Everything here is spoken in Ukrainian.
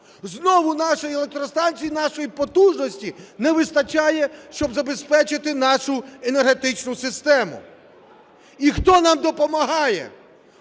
Знову нашій електростанції нашої потужності не вистачає, щоб забезпечити нашу енергетичну систему. І хто нам допомагає?